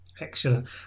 Excellent